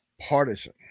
partisan